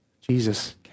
Jesus